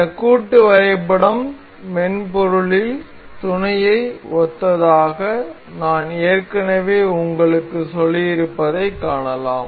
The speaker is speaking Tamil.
இந்த கூட்டு வரைபடம் மென்பொருளில் துணையை ஒத்ததாக நான் ஏற்கனவே உங்களுக்குச் சொல்லியிருப்பதைக் காணலாம்